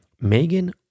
Megan